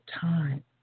time